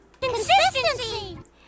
Consistency